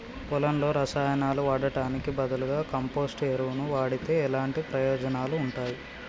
పొలంలో రసాయనాలు వాడటానికి బదులుగా కంపోస్ట్ ఎరువును వాడితే ఎలాంటి ప్రయోజనాలు ఉంటాయి?